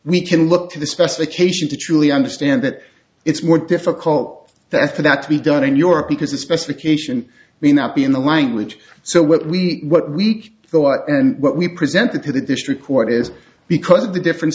we can look to the specification to truly understand that it's more difficult for that to be done in europe because the specification may not be in the language so what we what we thought and what we presented to the district court is because the different